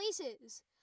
places